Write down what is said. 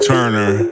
Turner